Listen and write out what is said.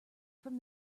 from